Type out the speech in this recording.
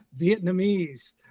Vietnamese